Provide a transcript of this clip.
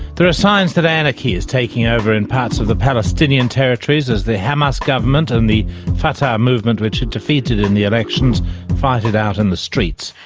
there are signs that anarchy is taking over in parts of the palestinian territories as the hamas government and the fatah movement which it defeated in the elections fight it out in the streets.